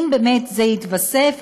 אם באמת זה יתווסף,